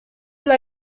dla